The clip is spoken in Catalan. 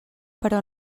però